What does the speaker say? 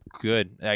Good